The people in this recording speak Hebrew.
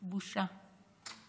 בושה.